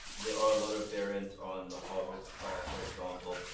there are a lot of variants on the harvard style, for example,